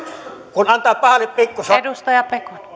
kun antaa pahalle pikkusormen